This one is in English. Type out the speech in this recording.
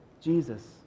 Jesus